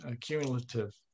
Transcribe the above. cumulative